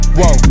whoa